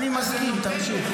אני מסכים, תמשיך.